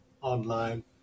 online